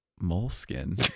moleskin